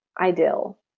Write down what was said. ideal